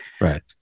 Right